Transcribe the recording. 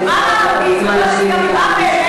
תקשיב לי,